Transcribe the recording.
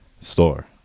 store